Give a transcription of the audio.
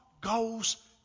goes